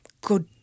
good